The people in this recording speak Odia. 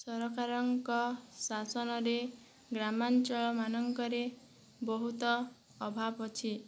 ସରକାରଙ୍କ ଶାସନରେ ଗ୍ରାମାଞ୍ଚଳ ମାନଙ୍କରେ ବହୁତ ଅଭାବ ଅଛି